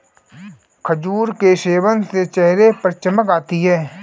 खजूर के सेवन से चेहरे पर चमक आती है